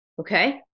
Okay